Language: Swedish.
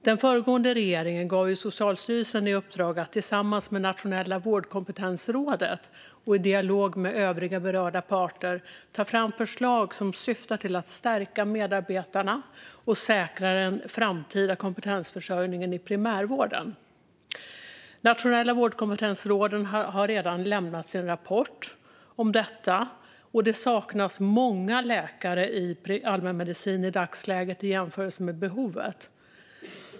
Den föregående regeringen gav ju Socialstyrelsen i uppdrag att, tillsammans med Nationella vårdkompetensrådet och i dialog med övriga berörda parter, ta fram förslag som syftar till att stärka medarbetarna och säkra den framtida kompetensförsörjningen i primärvården. Nationella vårdkompetensrådet har redan lämnat sin rapport om detta. Jämfört med behovet saknas det i dagsläget många läkare i allmänmedicin.